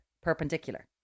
Perpendicular